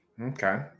Okay